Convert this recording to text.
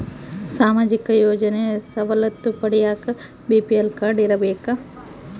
ಸಾಮಾಜಿಕ ಯೋಜನೆ ಸವಲತ್ತು ಪಡಿಯಾಕ ಬಿ.ಪಿ.ಎಲ್ ಕಾಡ್೯ ಇರಬೇಕಾ?